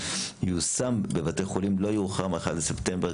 ייושם בבתי החולים לא יאוחר מה-1 בספטמבר,